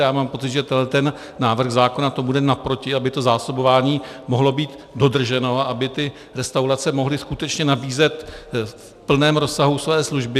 A já mám pocit, že tenhle návrh zákona tomu jde naproti, aby to zásobování mohlo být dodrženo, aby ty restaurace mohly skutečně nabízet v plném rozsahu své služby.